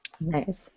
Nice